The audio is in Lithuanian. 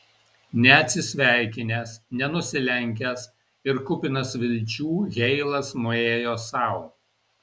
neatsisveikinęs nenusilenkęs ir kupinas vilčių heilas nuėjo sau